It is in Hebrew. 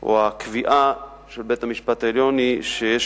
או הקביעה של בית-המשפט העליון היא שיש